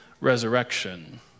resurrection